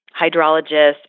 hydrologists